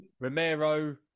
Romero